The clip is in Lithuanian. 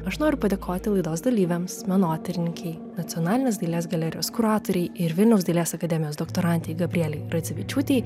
aš noriu padėkoti laidos dalyviams menotyrininkei nacionalinės dailės galerijos kuratorei ir vilniaus dailės akademijos doktorantei gabrielei radzevičiūtei